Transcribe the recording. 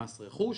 ומס רכוש,